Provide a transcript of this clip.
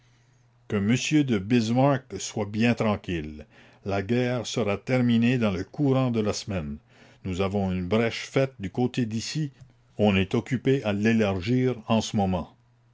m de bismark soit bien tranquille la guerre sera terminée dans le courant de la semaine nous avons une brèche faite du côté d'issy on est occupé à l'élargir en ce moment